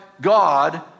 God